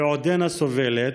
ועודנה סובלת,